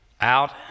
out